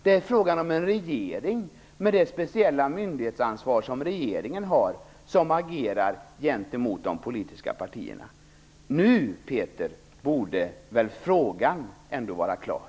Det är fråga om en regering, med det speciella myndighetsansvar som regeringen har, som agerar gentemot de politiska partierna. Nu, Peter Eriksson, borde väl frågan ändå vara klar?